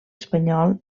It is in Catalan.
espanyol